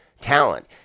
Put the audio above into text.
talent